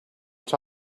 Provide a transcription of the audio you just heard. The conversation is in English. were